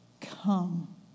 come